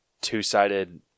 two-sided